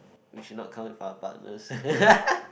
we should not come with our partners